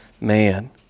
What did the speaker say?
man